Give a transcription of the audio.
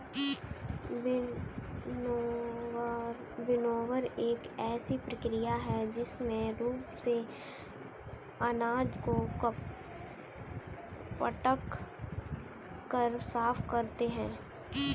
winnower एक ऐसी प्रक्रिया है जिसमें रूप से अनाज को पटक कर साफ करते हैं